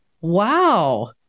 Wow